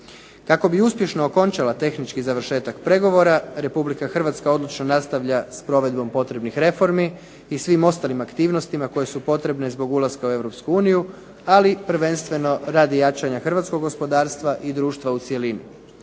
Kako bi uspješno okončala tehnički završetak pregovora Republika Hrvatska odlučno nastavlja s provedbom potrebnih reformi i svim ostalim aktivnostima koje su potrebne zbog ulaska u Europsku uniju ali prvenstveno radi jačanja hrvatskog gospodarstva i društva u cjelini.